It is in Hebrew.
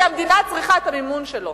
כי המדינה צריכה את המימון שלו.